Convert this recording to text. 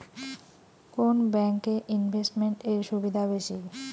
কোন ব্যাংক এ ইনভেস্টমেন্ট এর সুবিধা বেশি?